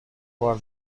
بار